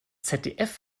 zdf